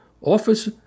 office